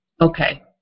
Okay